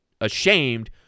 ashamed